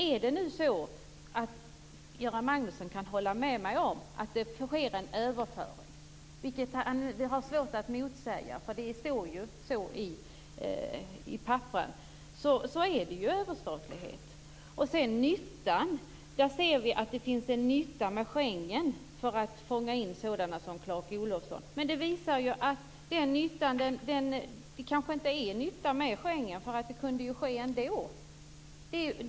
Om Göran Magnusson håller med mig om att det sker en överföring av befogenheter, som det också oemotsägligt står i papperen, är det ju fråga om en överstatlighet. Vad gäller nyttan kan Schengenavtalet kanske vara till nytta för att gripa sådana som Clark Olofsson, men gripandet kunde ju nu ske ändå.